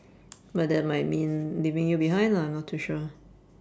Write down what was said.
but that might mean leaving you behind lah I'm not too sure